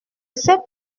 sais